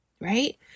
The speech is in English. right